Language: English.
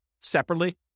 separately